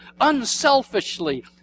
unselfishly